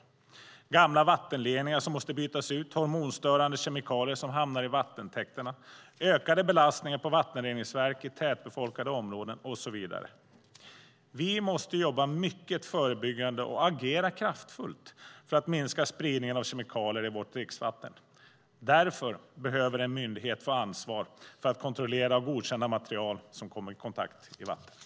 Det handlar om gamla vattenledningar som måste bytas ut, hormonstörande kemikalier som hamnar i vattentäkterna, ökade belastningar på vattenreningsverk i tätbefolkade områden och så vidare. Vi måste jobba mycket förebyggande och agera kraftfullt för att minska spridningen av kemikalier i vårt dricksvatten. Därför behöver en myndighet få ansvar för att kontrollera och godkänna material som kommer i kontakt med vatten.